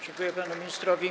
Dziękuję panu ministrowi.